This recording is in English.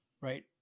Right